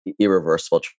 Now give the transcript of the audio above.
Irreversible